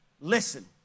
listen